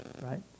right